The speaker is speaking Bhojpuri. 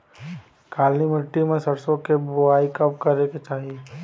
काली मिट्टी में सरसों के बुआई कब करे के चाही?